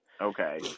okay